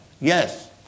yes